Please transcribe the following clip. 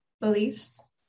beliefs